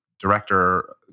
director